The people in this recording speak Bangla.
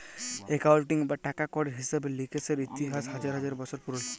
একাউলটিং বা টাকা কড়ির হিসেব লিকেসের ইতিহাস হাজার হাজার বসর পুরল